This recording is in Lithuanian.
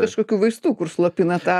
kažkokių vaistų kur slopina tą